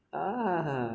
ah ha